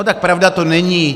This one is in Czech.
Tak pravda to není.